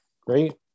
great